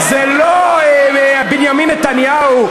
זה לא בנימין נתניהו.